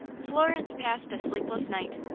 florence passed a sleepless night.